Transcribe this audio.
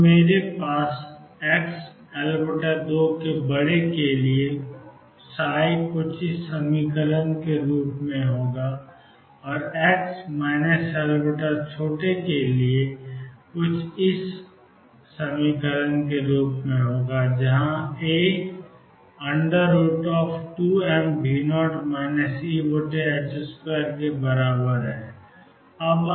तो मेरे पास xL2 के लिए xAe αx है x L2 के लिए Aeαx के बराबर है और α2m2 इसके बराबर है